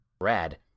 Rad